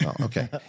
Okay